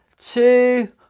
two